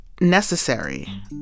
necessary